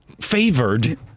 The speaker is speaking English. favored